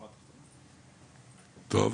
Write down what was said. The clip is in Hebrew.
טוב.